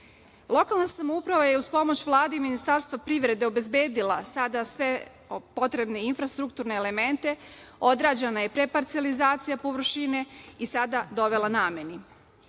samouprava je uz pomoć Vlade i Ministarstva privrede obezbedila sada sve potrebne infrastrukturne elemente, odrađena je preparcelizacija površine i sada dovela namenu.